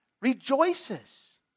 rejoices